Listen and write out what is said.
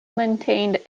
maintained